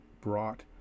brought